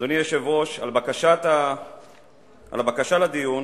אדוני היושב-ראש, על הבקשה לדיון